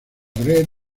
red